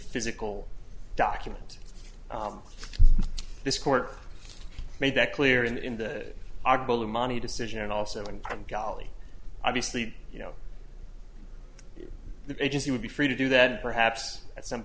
physical document this court made that clear in the article a money decision and also income gali obviously you know the agency would be free to do that and perhaps at some